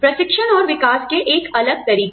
प्रशिक्षण और विकास के एक अलग तरीके